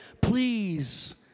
Please